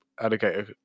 alligator